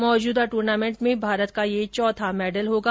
मौजूदा टूर्नामेंट में भारत का यह चौथा मैडल होगा